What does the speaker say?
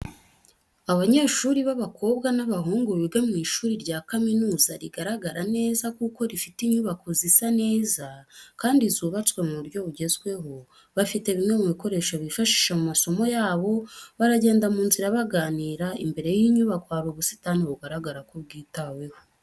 Abanyeshuri b'abakobwa n'abahungu biga mu ishuri rya kaminuza rigaragara neza kuko rifite inyubako zisa neza, kandi zubatswe mu buryo bugezweho, bafite bimwe mu bikoresho bifashisha mu masomo yabo baragenda mu nzira baganira, imbere y'inyubako hari ubusitani bugaragara ko bwitaweho.